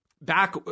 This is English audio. back